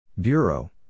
Bureau